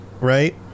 right